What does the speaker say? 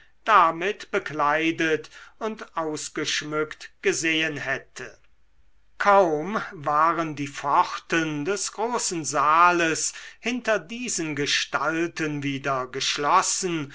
damit bekleidet und ausgeschmückt gesehen hätte kaum waren die pforten des großen saales hinter diesen gestalten wieder geschlossen